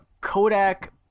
Kodak